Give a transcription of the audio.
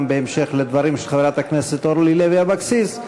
גם בהמשך לדברים של חברת הכנסת אורלי לוי אבקסיס,